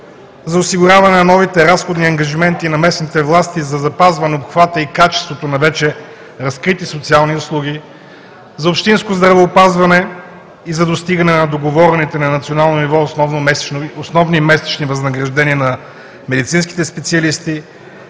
за осигуряване на новите разходни ангажименти на местните власти за запазване обхвата и качеството на вече разкрити социални услуги, за общинско здравеопазване и за достигане на договорените на национално ниво основни месечни възнаграждения на медицинските специалисти,